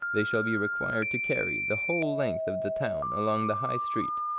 they shall be required to carry, the whole length of the town along the high street,